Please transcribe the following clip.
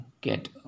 get